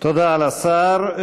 תודה לשר.